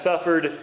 suffered